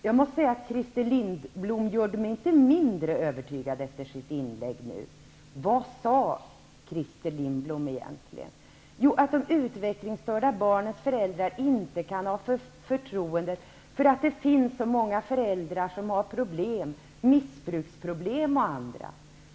Jag måste säga att Christer Lindblom inte gör mig mindre övertygad efter sitt senaste inlägg. Vad sade han egentligen? Jo, han sade att de utvecklingsstörda barnens föräldrar inte kan få detta förtroende, eftersom det finns så många föräldrar som har missbruksproblem och andra problem.